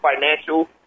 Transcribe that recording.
financial